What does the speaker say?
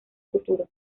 futuro